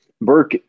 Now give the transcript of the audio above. Burke